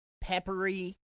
peppery